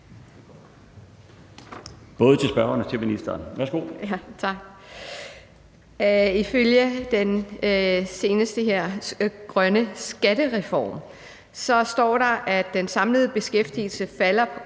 både spørgeren og ministeren. Værsgo.